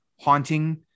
haunting